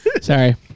sorry